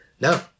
No